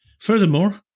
Furthermore